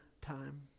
time